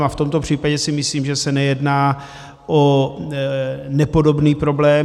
A v tomto případě si myslím, že se nejedná o nepodobný problém.